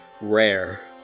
rare